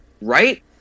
Right